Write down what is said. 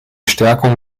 stärkung